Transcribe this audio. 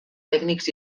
tècnics